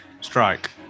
strike